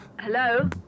Hello